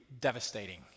devastating